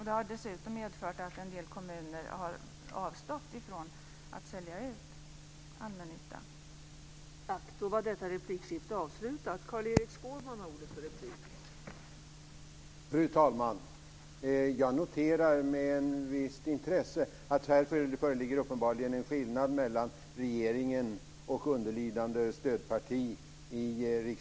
Det har dessutom medfört att en del kommuner avstått från att sälja ut allmännyttan.